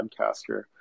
podcaster